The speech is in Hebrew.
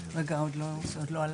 יחד עם עו"ד גליה בן שוהם, שתעלה